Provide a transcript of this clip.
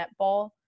netball